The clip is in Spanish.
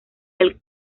del